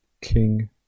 King